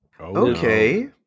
okay